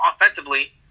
offensively